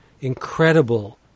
incredible